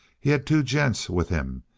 he had two gents with him,